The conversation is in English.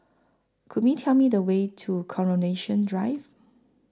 Could Me Tell Me The Way to Coronation Drive